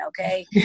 okay